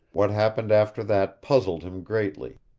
what happened after that puzzled him greatly.